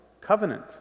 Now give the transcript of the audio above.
covenant